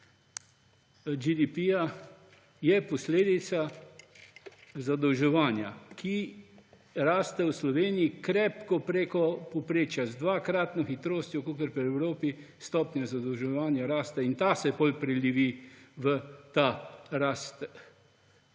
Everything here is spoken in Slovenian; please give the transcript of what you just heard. rast GDP posledica zadolževanja, ki raste v Sloveniji krepko preko povprečja, z dvakratno hitrostjo kakor po Evropi stopnja zadolževanja raste in ta se potem prelevi v rast